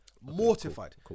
mortified